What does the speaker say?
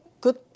good